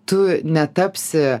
tu netapsi